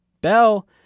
Bell